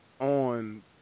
on